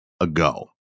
ago